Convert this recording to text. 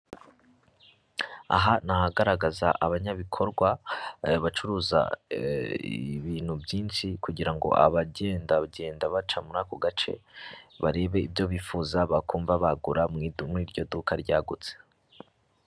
Aha ni ahagaragaza abanyabikorwa, bacuruza ibintu byinshi kugira ngo abagendagenda baca muri ako gace, barebe ibyo bifuza, bakumva bagura muri iryo duka ryagutse.